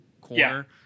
corner